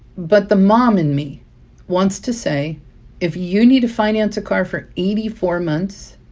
but the mom in me wants to say if you need to finance a car for eighty four months,